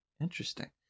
Interesting